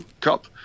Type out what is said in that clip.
Cup